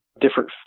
different